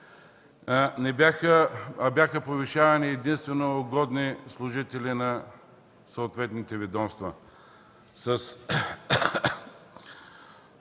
Бяха повишавани единствено угодни служители на съответните ведомства. С